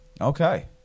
Okay